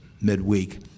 midweek